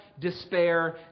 despair